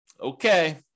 Okay